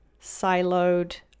siloed